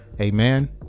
Amen